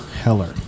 Heller